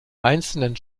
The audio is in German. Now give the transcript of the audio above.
einzelnen